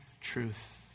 truth